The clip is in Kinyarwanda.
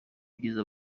byiza